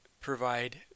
provide